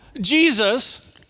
Jesus